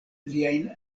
liajn